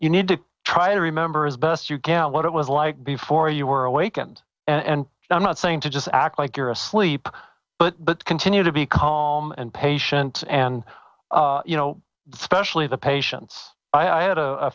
you need to try to remember as best you can what it was like before you were awakened and i'm not saying to just act like you're asleep but but continue to be calm and patient and you know especially the patients i had a